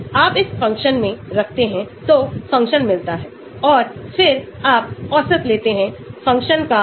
उनका उपयोग कीटनाशकों के रूप में किया जाता है हमारे पास इस तरह के समीकरण हैं 2282 सिग्मा 0348